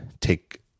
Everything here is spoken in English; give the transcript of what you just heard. take